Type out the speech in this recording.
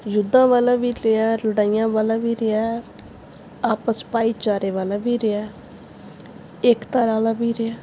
ਯੁੱਧਾਂ ਵਾਲਾ ਵੀ ਰਿਹਾ ਲੜਾਈਆਂ ਵਾਲਾ ਵੀ ਰਿਹਾ ਆਪਸ ਭਾਈਚਾਰੇ ਵਾਲਾ ਵੀ ਰਿਹਾ ਏਕਤਾ ਵਾਲਾ ਵੀ ਰਿਹਾ